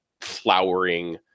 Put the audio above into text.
flowering